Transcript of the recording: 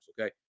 okay